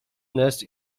nest